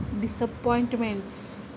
disappointments